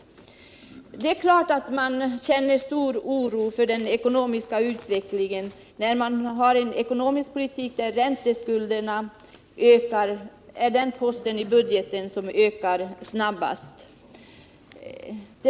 Men det är klart att man känner stor oro för den ekonomiska utvecklingen, när det förs en ekonomisk politik som leder till att ränteskulderna är den post i budgeten som ökar snabbast.